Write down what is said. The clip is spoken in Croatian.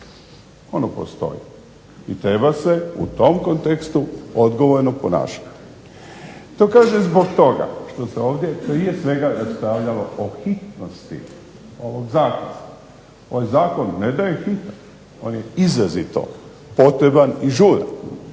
ono postoji i treba se u tom kontekstu odgovorno ponašati. To kažem zbog toga što se ovdje prije svega raspravljalo o hitnosti ovog zakona. Ovaj zakon ne da je hitan, on je izrazito potreban i žuran.